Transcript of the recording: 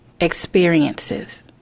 experiences